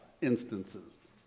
instances